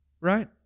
Right